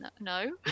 no